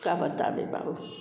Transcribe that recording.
का बताएं बाबू